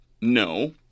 No